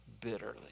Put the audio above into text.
bitterly